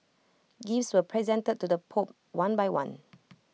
gifts were presented to the pope one by one